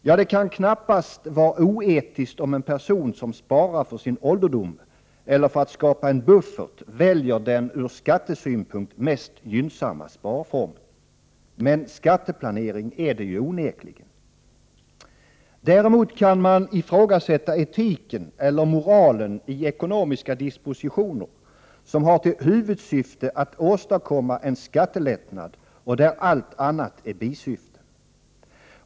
Ja, det kan knappast vara oetiskt om en person som sparar för sin ålderdom eller för att skapa en buffert väljer den ur skattesynpunkt mest gynnsamma sparformen. Men skatteplanering är det ju onekligen. Däremot kan man ifrågasätta etiken eller moralen i ekonomiska dispositioner som har tillhuvudsyfte att åstadkomma en skattelättnad och där allt annat är bisyften.